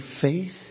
faith